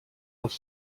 els